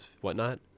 whatnot